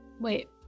Wait